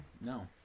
No